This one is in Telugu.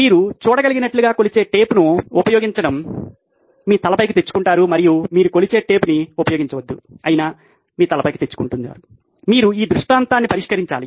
మీరు చూడగలిగినట్లుగా కొలిచే టేప్ను ఉపయోగించడం మీ తలపైకి తెచ్చుకుంటారు మరియు మీరు కొలిచే టేప్ను ఉపయోగించవద్దు అయినా మీ తలపైకి వస్తుంది మీరు ఈ దృష్టాంతాన్ని పరిష్కరించాలి